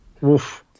woof